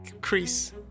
crease